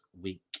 week